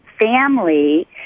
family